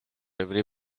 every